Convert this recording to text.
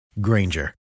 Granger